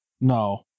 no